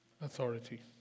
authority